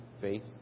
Faith